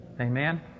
Amen